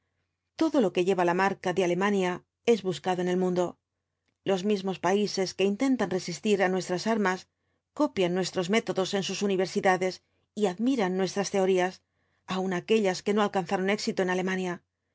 todo lo que lleva la marca de alemania es buscado en el mundo los mismos países que intentan resistir á nuestras armas copian nuestros métodos en sus universidades y admiran nuestras teorías aun aquellas que no alcanzaron éxito en alemania